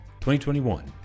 2021